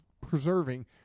preserving